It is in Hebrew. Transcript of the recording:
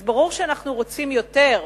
אז ברור שאנחנו רוצים יותר,